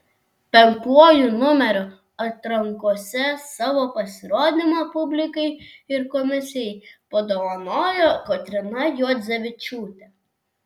penktuoju numeriu atrankose savo pasirodymą publikai ir komisijai padovanojo kotryna juodzevičiūtė